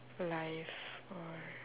life or